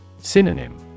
Synonym